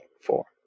four